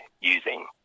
using